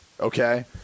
okay